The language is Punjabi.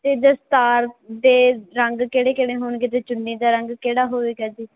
ਅਤੇ ਦਸਤਾਰ ਦੇ ਰੰਗ ਕਿਹੜੇ ਕਿਹੜੇ ਹੋਣਗੇ ਜੇ ਚੁੰਨੀ ਦਾ ਰੰਗ ਕਿਹੜਾ ਹੋਵੇਗਾ ਜੀ